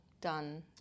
done